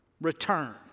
return